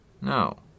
No